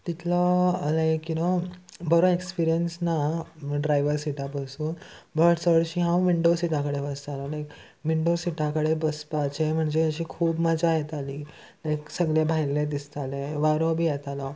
तितलो like you know बरो experience ना ड्रायवर सिटा बसून बट चडशी हांव विंडो सिटा कडेन बसतालो लायक विंडो सिटा कडेन बसपाचे म्हणजे अशी खूब मजा येताली लायक सगळे भायले दिसताले वारो बी येतालो